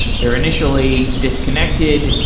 they're initially disconnected.